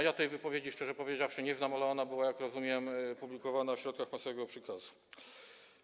Ja tej wypowiedzi, szczerze powiedziawszy, nie znam, ale ona była, jak rozumiem, publikowana w środkach masowego przekazu.